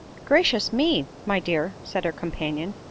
gracious me! my dear, said her companion,